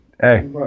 Hey